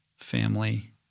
Family